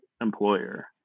employer